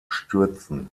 stürzen